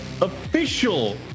official